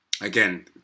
Again